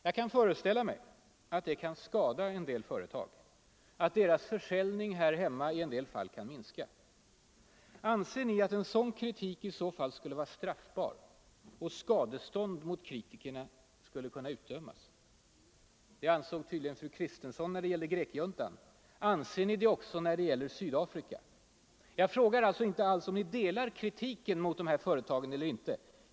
Jag kan föreställa mig att det kan skada en del företag, att deras försäljning här hemma i en del fall kan minska. Anser ni att sådan kritik i så fall skulle vara straffbar och att skadestånd mot kritikerna skulle kunna utdömas? Det ansåg tydligen fru Kristensson när det gällde grek juntan. Anser ni det också när det gäller Sydafrika? Jag frågar alltså inte alls om ni instämmer i kritiken mot de här företagen eller inte.